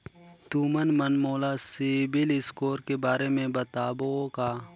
तुमन मन मोला सीबिल स्कोर के बारे म बताबो का?